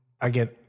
again